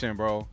bro